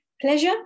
pleasure